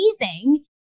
amazing